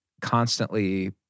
constantly